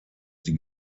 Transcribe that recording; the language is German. die